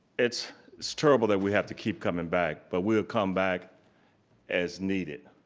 it's it's terrible that we have to keep coming back, but we'll come back as needed.